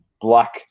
Black